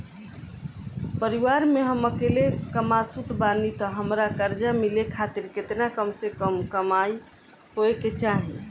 परिवार में हम अकेले कमासुत बानी त हमरा कर्जा मिले खातिर केतना कम से कम कमाई होए के चाही?